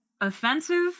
offensive